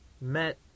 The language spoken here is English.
met